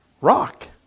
rock